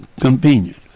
convenient